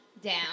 down